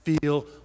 feel